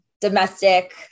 domestic